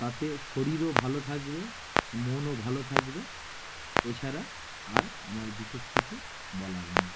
তাতে শরীরও ভালো থাকবে মনও ভালো থাকবে এছাড়া আর আমার বিশেষ কিছু বলার নেই